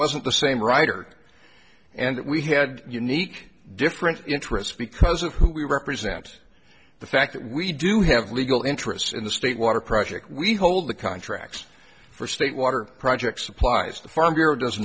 wasn't the same writer and we had unique different interests because of who we represent the fact that we do have legal interests in the state water project we hold the contracts for state water project supplies the farm bureau does